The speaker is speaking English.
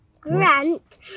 Grant